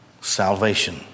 Salvation